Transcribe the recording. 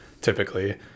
typically